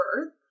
birth